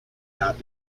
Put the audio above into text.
not